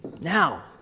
Now